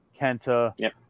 Kenta